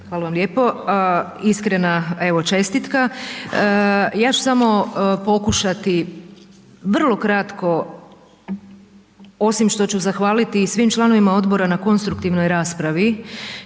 hvala vam lijepo, iskrena evo čestitka. Ja ću samo pokušati vrlo kratko osim što ću zahvaliti i svim članovima odbora na konstruktivnoj raspravi